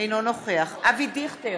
אינו נוכח אבי דיכטר,